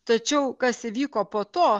tačiau kas įvyko po to